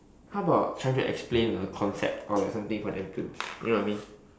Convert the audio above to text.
how about trying explain a concept or like something for them to you know what I mean